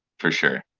for sure.